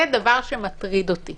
זה דבר שמטריד אותי